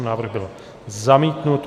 Návrh byl zamítnut.